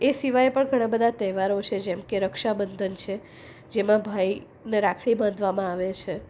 એ સિવાય પણ ઘણા બધા તેહવારો છે જેમ કે રક્ષાબંધન છે જેમાં ભાઈને રાખડી બાંધવામાં આવે છે